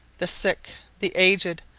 the sick, the aged,